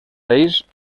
ells